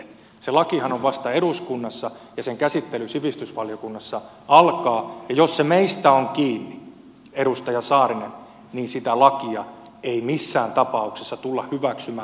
se lakihan on vasta eduskunnassa ja sen käsittely sivistysvaliokunnassa alkaa ja jos se meistä on kiinni edustaja saarinen sitä lakia ei missään tapauksessa tulla hyväksymään